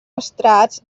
estrats